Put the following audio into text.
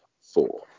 four